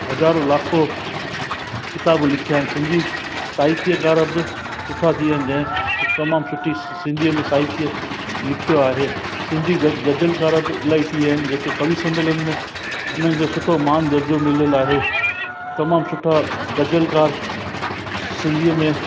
हज़ारों लाखों किताब लिखिया आहिनि सिंधी साहित्यकार बि सुठा थी विया आहिनि जंहिं तमामु सुठी सिंधीअ में साहित्य लिखियो आहे सिंधी गज़ल गज़लकार बि इलाही थी विया आहिनि जेके कवि सम्मेलन में उन्हनि खे सुठो मान दर्जो मिलियलु आहे तमामु सुठा गज़ल कार सिंधीअ में